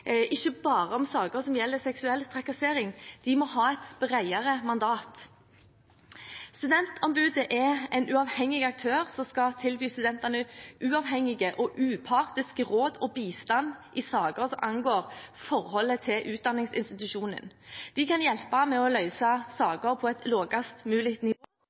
som gjelder seksuell trakassering, de må ha et bredere mandat. Studentombudet er en uavhengig aktør som skal tilby studentene uavhengige og upartiske råd og bistand i saker som angår forholdet til utdanningsinstitusjonen. De kan hjelpe med å løse saker på et lavest mulig nivå